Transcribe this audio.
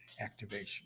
activation